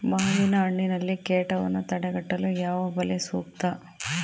ಮಾವಿನಹಣ್ಣಿನಲ್ಲಿ ಕೇಟವನ್ನು ತಡೆಗಟ್ಟಲು ಯಾವ ಬಲೆ ಸೂಕ್ತ?